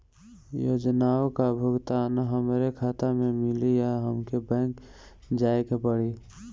योजनाओ का भुगतान हमरे खाता में मिली या हमके बैंक जाये के पड़ी?